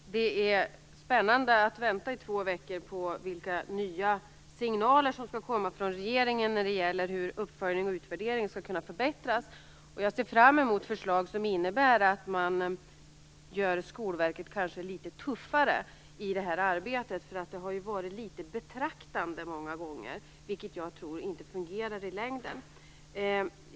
Fru talman! Det är spännande att vänta i två veckor på vilka nya signaler som skall komma från regeringen när det gäller hur uppföljning och utvärdering skall kunna förbättras. Jag ser fram emot förslag som innebär att man gör Skolverket litet tuffare i detta arbete. Det har ju varit litet betraktande många gånger, vilket jag inte tror fungerar i längden.